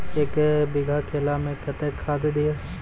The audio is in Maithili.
एक बीघा केला मैं कत्तेक खाद दिये?